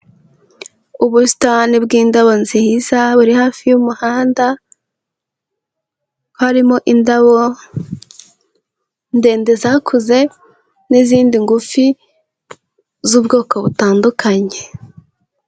Ubusitani bw'indabo nziza buri hafi y'umuhanda, harimo indabo ndende zakuze n'izindi ngufi z'ubwoko butandukanye.